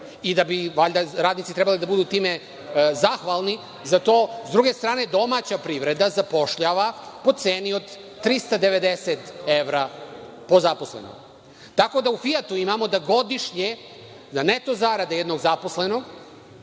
i da bi valjda radnici trebali time da budu zahvalni za to. S druge strane domaća privreda zapošljava po ceni od 390 evra po zaposlenom, tako da u Fijatu imamo da godišnje na neto zarade jednog zaposlenog